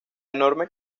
enorme